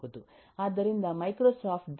ಆದ್ದರಿಂದಮೈಕ್ರೋಸಾಫ್ಟ್ the